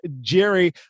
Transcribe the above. Jerry